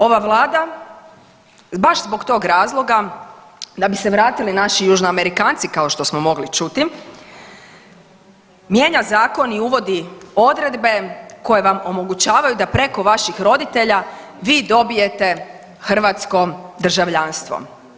Ova Vlada baš zbog tog razloga da bi se vratili naši Južnoamerikanci, kao što smo mogli čuti, mijenja zakon i uvodi odredbe koje vam omogućavaju da preko vaših roditelja vi dobijete hrvatsko državljanstvo.